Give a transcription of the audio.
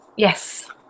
Yes